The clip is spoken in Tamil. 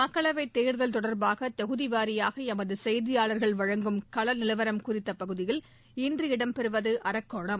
மக்களவைத் தேர்தல் தொடர்பாக தொகுதி வாரியாக எமது செய்தியாளர்கள் வழங்கும் களநிலவரம் குறித்த பகுதியில் இன்று இடம் பெறுவது அரக்கோணம்